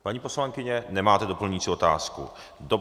Paní poslankyně, nemáte doplňující otázku, dobře.